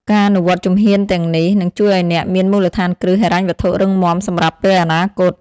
ការអនុវត្តជំហានទាំងនេះ នឹងជួយឱ្យអ្នកមានមូលដ្ឋានគ្រឹះហិរញ្ញវត្ថុរឹងមាំសម្រាប់ពេលអនាគត។